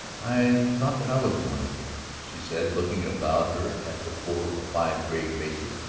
i thought that i was wanted here, she said, looking about her at the four or five grave faces.